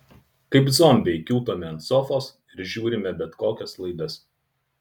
kaip zombiai kiūtome ant sofos ir žiūrime bet kokias laidas